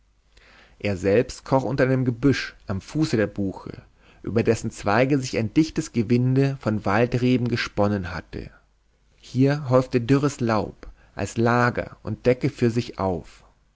er selbst kroch unter ein gebüsch am fuße der buche über dessen zweige sich ein dichtes gewinde von waldreben gesponnen hatte hier häufte er dürres laub als lager und decke für sich auf